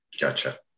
Gotcha